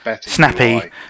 snappy